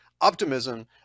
optimism